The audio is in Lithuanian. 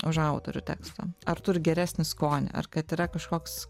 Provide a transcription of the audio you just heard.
už autorių teksto ar turi geresnį skonį ar kad yra kažkoks